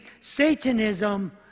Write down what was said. Satanism